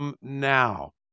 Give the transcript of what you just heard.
now